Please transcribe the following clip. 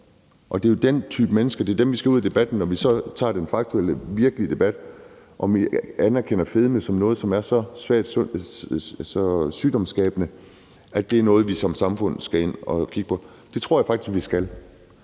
Det er jo den type mennesker, der gør det, som vi skal have ud af ligningen, når vi tager den faktuelle og reelle debat om, om vi anerkender fedme som noget, som er så sygdomsskabende, at det er noget, som vi som samfund skal ind at kigge på. Det tror jeg faktisk vi skal.